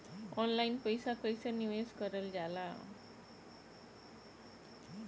Online पईसा कईसे निवेश करल जाला?